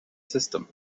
system